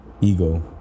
ego